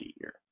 year